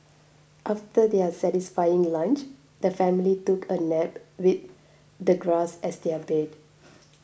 after their satisfying lunch the family took a nap with the grass as their bed